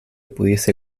pudiese